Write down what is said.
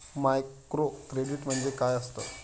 Microcredit म्हणजे काय असतं?